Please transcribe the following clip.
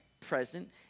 present